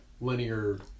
linear